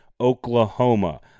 Oklahoma